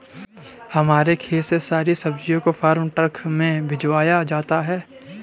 हमारे खेत से सारी सब्जियों को फार्म ट्रक में भिजवाया जाता है